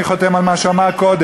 אני חותם על מה שהוא אמר קודם,